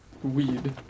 Weed